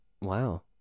Wow